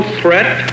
threat